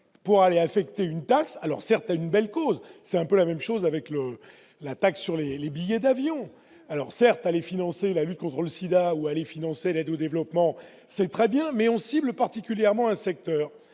pour aller infecter une taxe alors certes une belle cause c'est un peu la même chose avec le l'impact sur les les billets d'avion, alors certes les financer la lutte contre le SIDA, ou aller financer l'aide au développement, c'est très bien mais on cible particulièrement un secteur